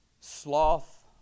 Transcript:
Sloth